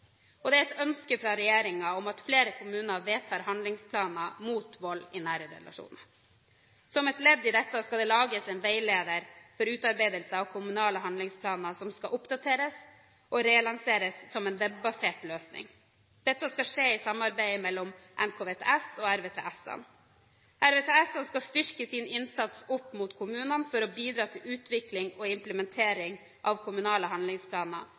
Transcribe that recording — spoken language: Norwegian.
relasjoner. Det er et ønske fra regjeringen at flere kommuner vedtar handlingsplaner mot vold i nære relasjoner. Som et ledd i dette skal det lages en veileder for utarbeidelse av kommunale handlingsplaner, som skal oppdateres og relanseres som en web-basert løsning. Dette skal skje i et samarbeid mellom NKVTS og RVTS-ene. RVTS-ene skal styrke sin innsats opp mot kommunene for å bidra til utvikling og implementering av kommunale handlingsplaner